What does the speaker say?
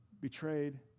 betrayed